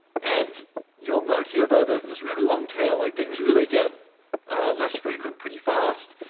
and you'll note here, though, there's this really long tail. things really get less frequent pretty fast.